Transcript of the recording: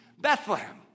Bethlehem